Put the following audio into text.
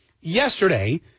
yesterday